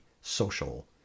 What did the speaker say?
social